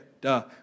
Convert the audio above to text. duh